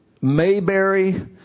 Mayberry